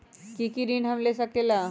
की की ऋण हम ले सकेला?